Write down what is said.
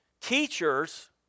teachers